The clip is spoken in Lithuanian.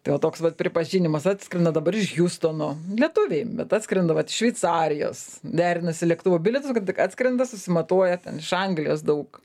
tai va toks vat pripažinimas atskrenda dabar iš hiustono lietuviai bet atskrenda vat iš šveicarijos derinasi lėktuvo bilietus kaip tik atskrenda susimatuoja ten iš anglijos daug